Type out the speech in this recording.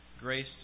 grace